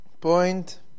point